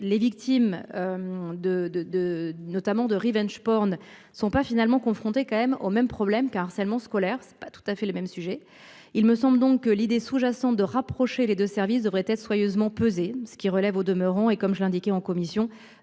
De de de notamment de Revenge porn sont pas finalement confronté quand même au même problème car harcèlement scolaire c'est pas tout à fait le même sujet. Il me semble donc que l'idée sous-jacente de rapprocher les 2 services devraient être soigneusement pesés, ce qui relève au demeurant et comme je l'indiquais en commission